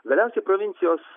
galiausiai provincijos